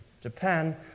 Japan